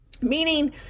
Meaning